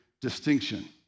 distinction